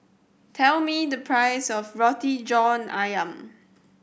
tell me the price of Roti John Ayam